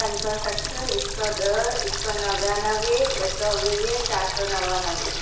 पंज सौ सठ हिकु सौ ॾह हिकु सौ नवानवे ॿ सौ वीह चारि सौ नवानवे